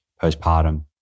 postpartum